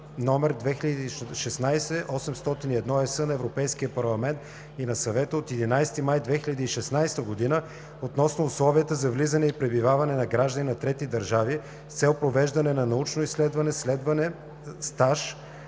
№ 2016/801 на Европейския парламент и на Съвета от 11 май 2016 г. относно условията за влизане и пребиваване на граждани на трети държави с цел провеждане на научно изследване, следване, стаж,